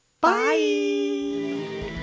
Bye